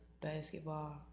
basketball